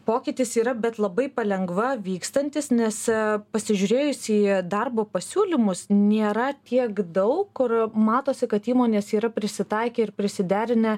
pokytis yra bet labai palengva vykstantis nes pasižiūrėjus į darbo pasiūlymus nėra tiek daug kur matosi kad įmonės yra prisitaikę ir prisiderinę